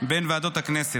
בין ועדות הכנסת.